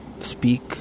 speak